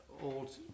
old